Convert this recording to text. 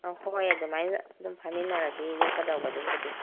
ꯑꯧ ꯍꯣꯏ ꯑꯗꯨꯃꯥꯏꯅ ꯑꯗꯨꯝ ꯐꯥꯃꯤꯟꯅꯔꯁꯤ ꯌꯣꯛꯀꯗꯧꯕꯗꯨꯕꯨꯗꯤ